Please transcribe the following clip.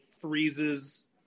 freezes